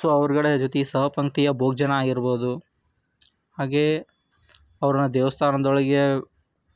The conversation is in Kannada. ಸೊ ಅವರುಗಳ ಜೊತೆ ಸಹಪಂಕ್ತಿಯ ಭೋಜನ ಆಗಿರ್ಬೋದು ಹಾಗೆ ಅವರನ್ನ ದೇವಸ್ಥಾನದೊಳಗೆ